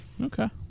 Okay